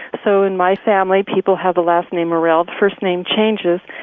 so in my family, people have the last name morell the first name changes.